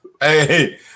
Hey